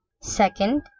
Second